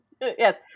Yes